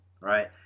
right